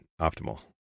optimal